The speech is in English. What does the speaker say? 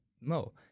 No